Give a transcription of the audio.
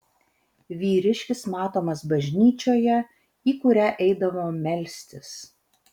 vyriškis matomas bažnyčioje į kurią eidavo melstis